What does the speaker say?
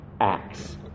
acts